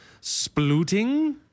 splooting